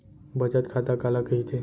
बचत खाता काला कहिथे?